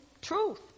truth